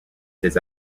ses